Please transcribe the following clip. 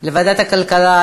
לוועדת הכלכלה?